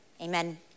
Amen